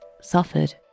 suffered